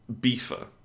beefer